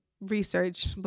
research